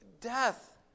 Death